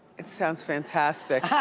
it sounds fantastic. yeah